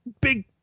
big